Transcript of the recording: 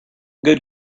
good